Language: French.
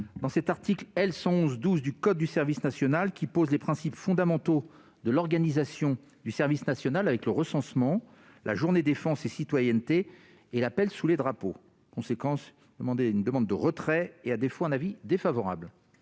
dans l'article L. 111-2 du code du service national, qui pose les principes fondamentaux de l'organisation du service national, avec le recensement, la journée défense et citoyenneté et l'appel sous les drapeaux. Par conséquent, je demande le retrait de cet amendement.